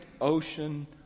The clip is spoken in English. ocean